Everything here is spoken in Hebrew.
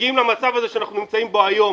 מגיעים למצב הזה שאנחנו נמצאים בו היום